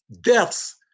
deaths